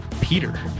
Peter